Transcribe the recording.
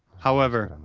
however,